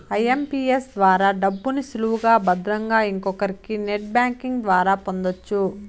IMPS ద్వారా డబ్బుని సులువుగా భద్రంగా ఇంకొకరికి నెట్ బ్యాంకింగ్ ద్వారా పొందొచ్చు